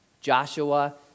Joshua